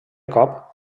cop